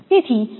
તેથી તે 0